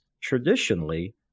traditionally